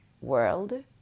world